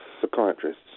psychiatrists